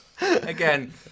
Again